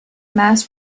mass